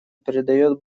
придает